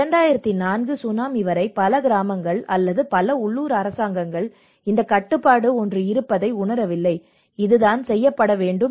2004 tsunami வரை பல கிராமங்கள் அல்லது பல உள்ளூர் அரசாங்கங்கள் இந்த கட்டுப்பாடு இருப்பதை உணரவில்லை இதுதான் செய்யப்பட வேண்டும்